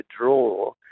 draw